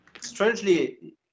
Strangely